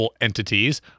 Entities